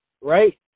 Right